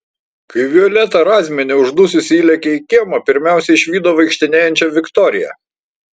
kai violeta razmienė uždususi įlėkė į kiemą pirmiausia išvydo vaikštinėjančią viktoriją